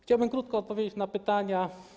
Chciałbym krótko odpowiedzieć na pytania.